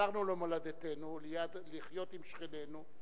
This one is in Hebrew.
חזרנו למולדתנו לחיות עם שכנינו,